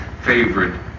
favorite